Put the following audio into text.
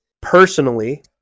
personally